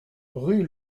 rue